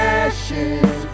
ashes